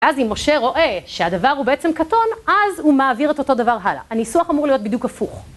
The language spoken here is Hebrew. אז אם משה רואה שהדבר הוא בעצם קטון, אז הוא מעביר את אותו דבר הלאה. הניסוח אמור להיות בדיוק הפוך.